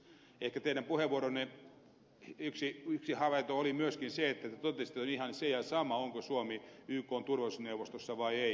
ehkä teidän puheenvuoronne yksi havainto oli myöskin se että te totesitte että on ihan se ja sama onko suomi ykn turvallisuusneuvostossa vai ei